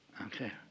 Okay